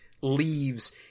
leaves